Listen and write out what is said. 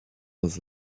dans